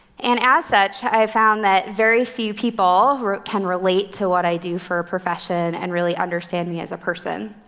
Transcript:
and as such, i found that very few people can relate to what i do for a profession and really understand me as a person.